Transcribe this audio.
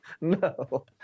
No